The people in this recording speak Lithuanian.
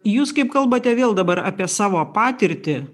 jūs kaip kalbate vėl dabar apie savo patirtį